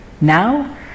Now